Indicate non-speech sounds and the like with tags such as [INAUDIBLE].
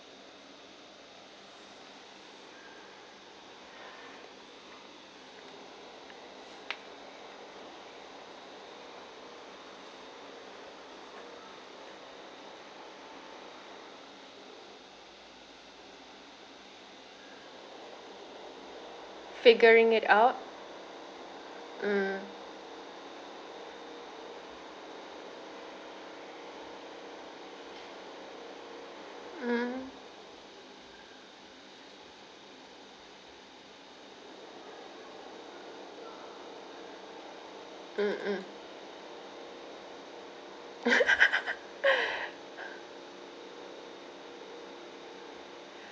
figuring it out mm mm mm mm [LAUGHS]